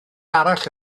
arall